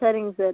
சரிங்க சார்